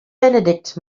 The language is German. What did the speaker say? benedikt